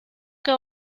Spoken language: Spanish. que